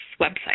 website